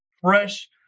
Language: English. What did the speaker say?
fresh